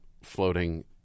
floating